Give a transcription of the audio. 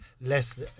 less